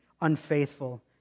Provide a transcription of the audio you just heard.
unfaithful